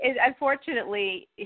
unfortunately